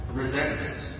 resentment